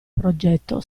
progetto